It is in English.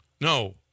No